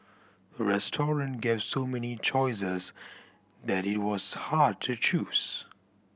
the restaurant gave so many choices that it was hard to choose